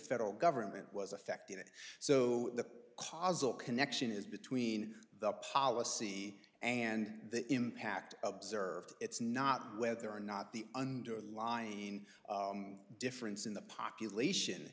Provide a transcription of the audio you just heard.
federal government was affected and so that caused the connection is between the policy and the impact observed it's not whether or not the underlying difference in the population